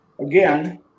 again